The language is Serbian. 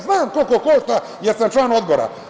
Znam koliko košta, jer sam član Odbora.